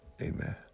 amen